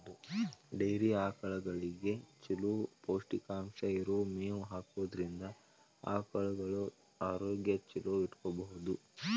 dairy ಆಕಳಗಳಿಗೆ ಚೊಲೋ ಪೌಷ್ಟಿಕಾಂಶ ಇರೋ ಮೇವ್ ಹಾಕೋದ್ರಿಂದ ಆಕಳುಗಳ ಆರೋಗ್ಯ ಚೊಲೋ ಇಟ್ಕೋಬಹುದು